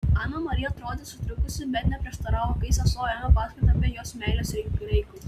ana marija atrodė sutrikusi bet neprieštaravo kai sesuo ėmė pasakoti apie jos meilės reikalus